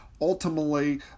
ultimately